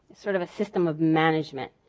sort of a system of management.